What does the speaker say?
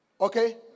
Okay